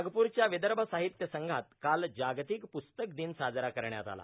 नागपूरस्थित विदर्भ साहित्य संघात काल जागतिक पुस्तक दिन साजरा करण्यात आला